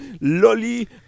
lolly